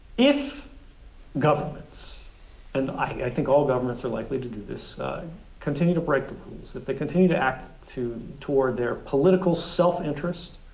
if governments and i think all governments are likely to do this continue to break the rules, if they continue to act to toward their political self-interest,